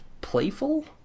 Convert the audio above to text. playful